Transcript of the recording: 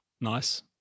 Nice